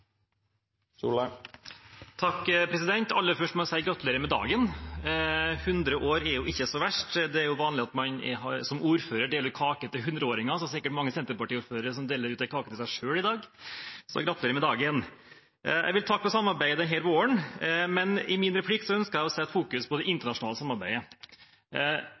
vanlig at man som ordfører deler ut kake til 100-åringer, så det er sikkert mange Senterparti-ordførere som deler ut kake til seg selv i dag. Jeg gratulerer med dagen! Jeg vil takke for samarbeidet denne våren, men i min replikk ønsker jeg å fokusere på det internasjonale samarbeidet.